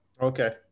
Okay